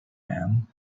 man